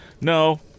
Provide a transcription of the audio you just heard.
No